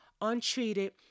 untreated